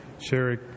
Sherry